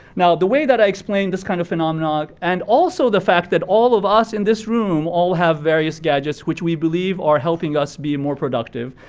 now, the way that i explain this kind of phenomena, and also the fact that all of us in this room, all have various gadgets which we believe are helping us be more productive.